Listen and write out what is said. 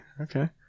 okay